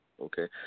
Okay